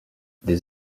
des